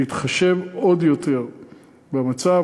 להתחשב עוד יותר במצב.